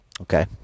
Okay